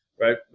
right